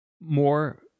more